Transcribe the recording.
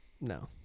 No